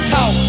Talk